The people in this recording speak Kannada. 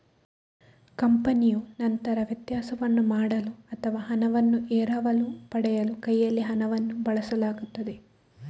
ಕಂಪನಿಯು ನಂತರ ವ್ಯತ್ಯಾಸವನ್ನು ಮಾಡಲು ಅಥವಾ ಹಣವನ್ನು ಎರವಲು ಪಡೆಯಲು ಕೈಯಲ್ಲಿ ಹಣವನ್ನು ಬಳಸಬೇಕಾಗುತ್ತದೆ